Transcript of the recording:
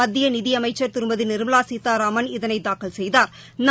மத்தியநிதிஅமைச்சா் திருமதிநிர்மலாசீதாராமன் இதனைதாக்கல் செய்தாா்